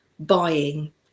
Buying